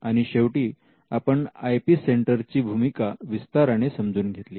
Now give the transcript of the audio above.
आणि शेवटी आपण आय पी सेंटर ची भूमिका विस्ताराने समजून घेतली